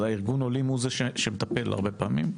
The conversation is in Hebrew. ארגון העולים הוא זה שהרבה פעמים מטפל.